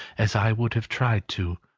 as i would have tried to